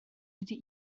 wedi